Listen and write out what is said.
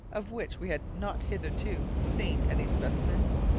of which we had not hitherto seen any specimens?